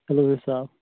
kilo حِساب